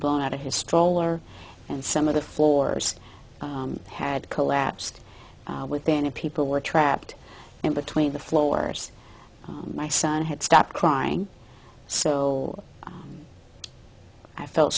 blown out of his stroller and some of the floors had collapsed within and people were trapped in between the floors my son had stopped crying so i felt